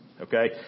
okay